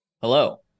hello